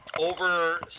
over